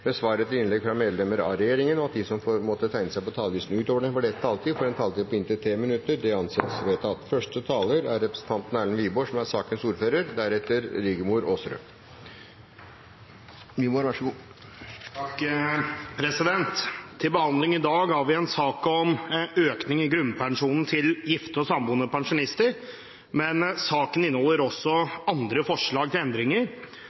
med svar etter innlegg fra medlemmer av regjeringen innenfor den fordelte taletid, og at de som måtte tegne seg på talerlisten utover den fordelte taletid, får en taletid på inntil 3 minutter. – Det anses vedtatt. Til behandling i dag har vi en sak om økning i grunnpensjon til gifte og samboende pensjonister, men saken inneholder også andre forslag til endringer.